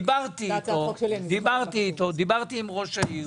דיברתי איתו, דיברתי עם ראש העיר,